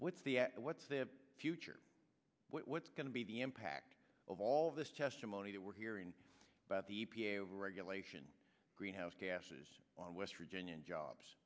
what's the what's the future what's going to be the impact of all of this testimony that we're hearing about the e p a overregulation greenhouse gases on west virginia jobs